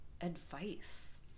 advice